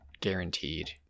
Guaranteed